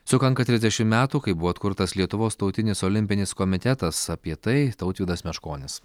sukanka trisdešimt metų kai buvo atkurtas lietuvos tautinis olimpinis komitetas apie tai tautvydas meškonis